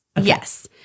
Yes